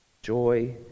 Joy